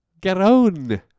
Garonne